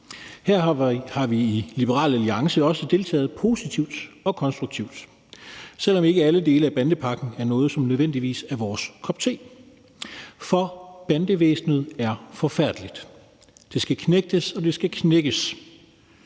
Her har vi i Liberal Alliance også deltaget positivt og konstruktivt, selv om ikke alle dele af bandepakken er noget, som nødvendigvis er vores kop te. For bandeuvæsenet er forfærdeligt; det skal knægtes, og det skal knækkes.